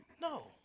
No